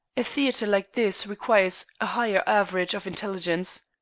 a theatre like this requires a higher average of intelligence.